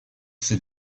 ces